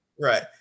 Right